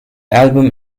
album